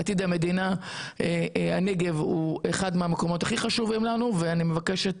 עתיד המדינה והנגב הוא אחד המקומות הכי חשובים לנו ואני מבקשת